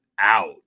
out